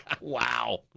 wow